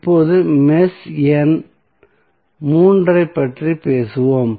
இப்போது மெஷ் எண் மூன்றைப் பற்றி பேசுவோம்